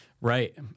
Right